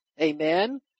Amen